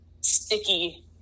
sticky